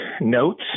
notes